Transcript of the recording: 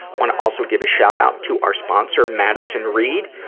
wanna also give a shot out to ah sponsor, madison reed.